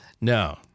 No